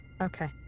Okay